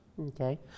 Okay